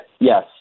Yes